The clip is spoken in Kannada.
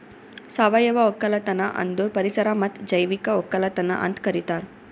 ಸಾವಯವ ಒಕ್ಕಲತನ ಅಂದುರ್ ಪರಿಸರ ಮತ್ತ್ ಜೈವಿಕ ಒಕ್ಕಲತನ ಅಂತ್ ಕರಿತಾರ್